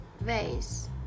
vase